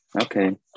okay